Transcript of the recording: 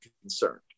concerned